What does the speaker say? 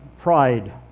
pride